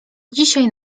dzisiaj